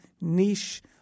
niche